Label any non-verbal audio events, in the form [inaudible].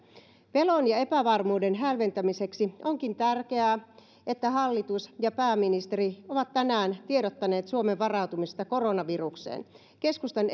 pelon ja epävarmuuden hälventämiseksi onkin tärkeää että hallitus ja pääministeri ovat tänään tiedottaneet suomen varautumisesta koronavirukseen keskustan [unintelligible]